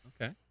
Okay